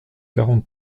quarante